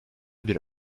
bir